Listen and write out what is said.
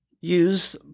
use